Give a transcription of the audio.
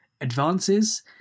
advances